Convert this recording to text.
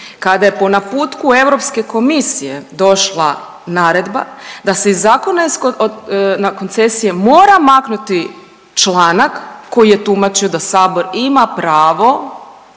kada je po naputku Europske komisije došla naredba da se iz Zakona na koncesije mora maknuti članak koji je tumačio da sabor ima pravo